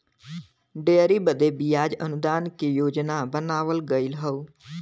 dairy बदे बियाज अनुदान के योजना बनावल गएल हौ